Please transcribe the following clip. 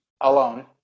alone